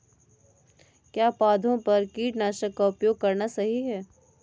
क्या पौधों पर कीटनाशक का उपयोग करना सही है?